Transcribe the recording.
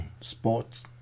sports